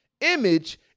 Image